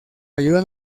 ayuda